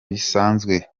bisanzwe